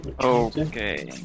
Okay